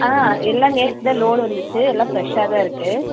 எல்லாம் நேற்றுதான் லோடு வந்துச்சு எல்லாம் ஃப்ரஷாகதான் இருக்குது